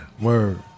Word